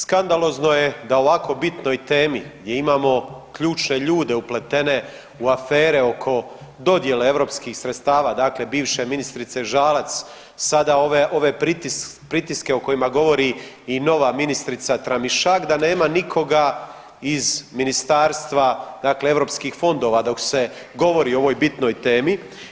Skandalozno je da o ovako bitnoj temi gdje imamo ključne ljude upletene u afere oko dodjele europskih sredstava, dakle bivše ministrice Žalac, sada ove pritiske o kojima govori nova ministrica Tramišak da nema nikoga iz ministarstva dakle europskih fondova dok se govori o ovoj bitnoj temi.